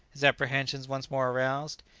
his apprehensions once more aroused.